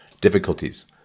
difficulties